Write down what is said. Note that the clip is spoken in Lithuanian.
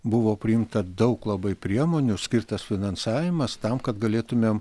buvo priimta daug labai priemonių skirtas finansavimas tam kad galėtumėm